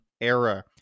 era